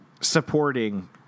supporting –